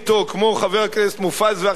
כמו חבר הכנסת מופז ואחרים,